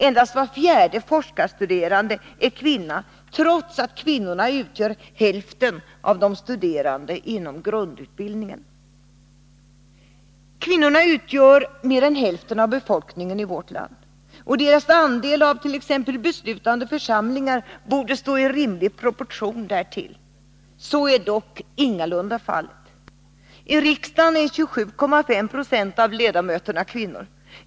Endast var fjärde forskarstuderande är kvinna, trots att kvinnorna utgör hälften av de studerande inom grundutbildningen. Kvinnorna utgör mer än hälften av befolkningen i vårt land. Deras andel av t.ex. beslutande församlingar borde stå i rimlig proportion därtill. Så är dock ingalunda fallet. I riksdagen är 27,5 70 av ledamöterna kvinnor.